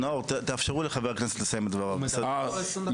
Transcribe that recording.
לאפשר לחבר כנסת לסיים את דבריו, בבקשה.